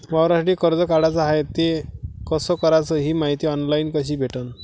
वावरासाठी कर्ज काढाचं हाय तर ते कस कराच ही मायती ऑनलाईन कसी भेटन?